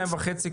שנתיים וחצי,